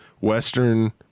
western